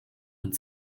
und